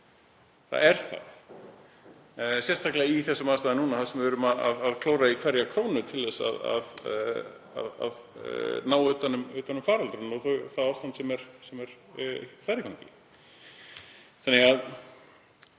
Það er það, sérstaklega í þessum aðstæðum núna þar sem við erum að klóra í hverja krónu til að ná utan um faraldurinn og það ástand sem er þar í gangi.